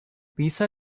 lisa